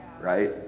right